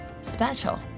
Special